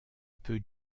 peu